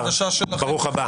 ברוך הבא.